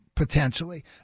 Potentially